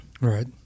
Right